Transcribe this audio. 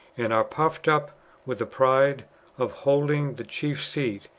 and are puffed up with the pride of holding the chief seat,